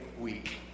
week